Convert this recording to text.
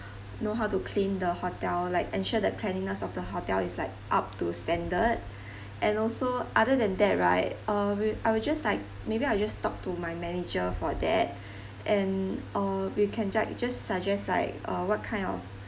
know how to clean the hotel like ensure the cleanliness of the hotel is like up to standard and also other than that right uh we I will just like maybe I'll just talk to my manager for that and uh we can like just suggest like uh what kind of